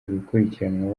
gukurikiranwa